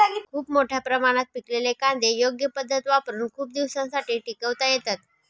खूप मोठ्या प्रमाणात पिकलेले कांदे योग्य पद्धत वापरुन खूप दिवसांसाठी टिकवता येतात